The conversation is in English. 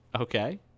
Okay